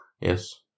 Yes